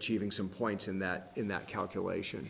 achieving some points in that in that calculation